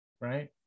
right